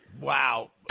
Wow